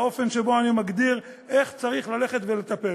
באופן שבו אני מגדיר איך צריך ללכת ולטפל.